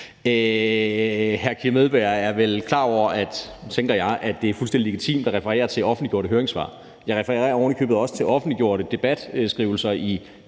er blevet klar over, tænker jeg, at det er fuldstændig legitimt at referere til offentliggjorte høringssvar. Jeg refererer ovenikøbet også til offentliggjorte debatskrivelser i